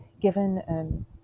given